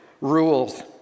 rules